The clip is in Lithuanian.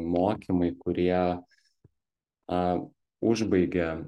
mokymai kurie a užbaigia